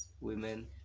Women